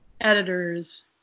editors